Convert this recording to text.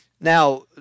Now